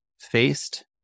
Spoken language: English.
faced